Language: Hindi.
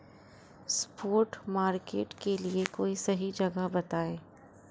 स्पॉट मार्केट के लिए कोई सही जगह बताएं